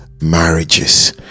marriages